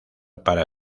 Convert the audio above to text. para